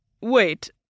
wait